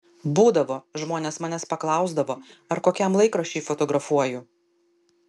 būdavo žmonės manęs paklausdavo ar kokiam laikraščiui fotografuoju